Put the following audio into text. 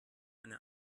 eine